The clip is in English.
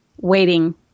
waiting